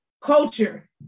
culture